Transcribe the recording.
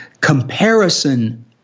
comparison